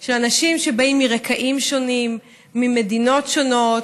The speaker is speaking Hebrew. של אנשים שבאים מרקעים שונים, ממדינות שונות,